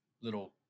little